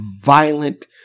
violent